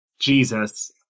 Jesus